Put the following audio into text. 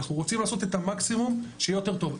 אנחנו רוצים לעשות את המקסימום שיהיה יותר טוב.